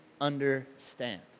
understand